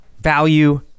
value